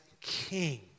king